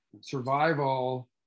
survival